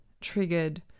triggered